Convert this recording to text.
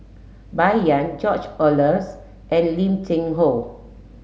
Bai Yan George Oehlers and Lim Cheng Hoe